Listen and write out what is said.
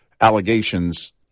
allegations